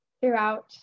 throughout